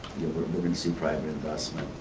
we're gonna see private investment.